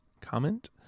comment